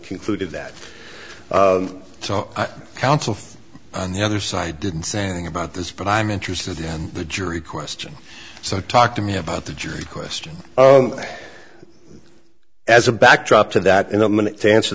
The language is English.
concluded that counsel on the other side didn't say anything about this but i'm interested in the jury question so talk to me about the jury question as a backdrop to that in a minute to answer